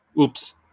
oops